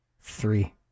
three